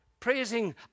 praising